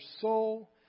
soul